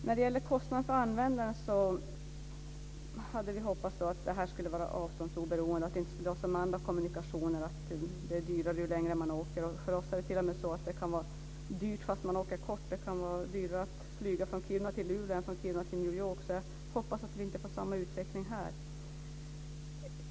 När det gäller kostnaden för användaren hade vi hoppats att det här skulle vara avståndsoberoende och inte som andra kommunikationer dyrare ju längre man åker. För oss kan det t.o.m. vara dyrt fast man åker en kort sträcka. Det kan vara dyrare att flyga från Kiruna till Luleå än från Kiruna till New York. Jag hoppas att vi inte får samma utveckling här.